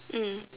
mm